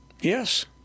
Yes